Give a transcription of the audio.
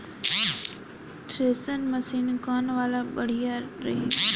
Thresher machine कौन वाला बढ़िया रही?